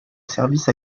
service